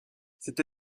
cette